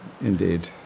indeed